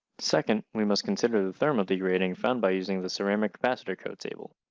second, we must consider the thermal degrading found by using the ceramic capacitor code table.